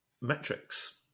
metrics